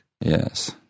Yes